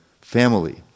family